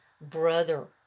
brother